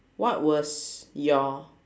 what was your